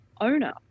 owner